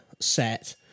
set